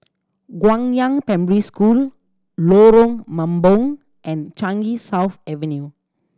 Guangyang Primary School Lorong Mambong and Changi South Avenue